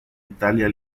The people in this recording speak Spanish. italia